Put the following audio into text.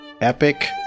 epic